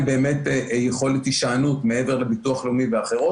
באמת יכולת הישענות מעבר לביטוח הלאומי ואחרים.